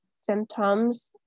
Symptoms